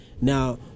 Now